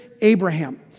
Abraham